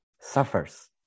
suffers